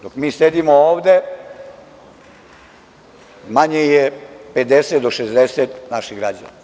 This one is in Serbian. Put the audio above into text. Dok mi sedimo ovde manje je 50 do 60 naših građana.